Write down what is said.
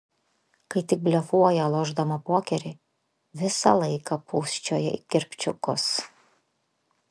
kai tik blefuoja lošdama pokerį visą laiką pūsčioja į kirpčiukus